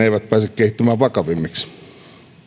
eivät pääse kehittymään vakavammiksi